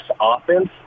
offense